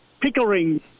pickering